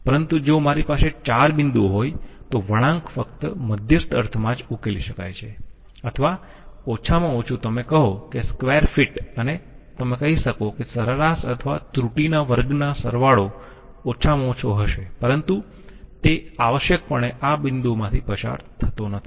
પરંતુ જો મારી પાસે 4 બિંદુઓ હોય તો વળાંક ફક્ત મધ્યસ્થ અર્થમાં જ ઉકેલી શકાય છે અથવા ઓછામાં ઓછું તમે કહો કે સ્ક્વેર ફિટ અને તમે કહી શકો કે સરેરાશ અથવા ત્રુટિના વર્ગના સરવાળો ઓછામાં ઓછો હશે પરંતુ તે આવશ્યકપણે બધા બિંદુઓમાંથી પસાર થતો નથી